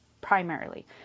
primarily